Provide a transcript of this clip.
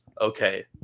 okay